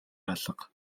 алга